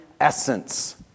essence